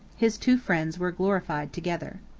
his two friends were glorified together.